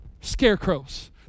Scarecrows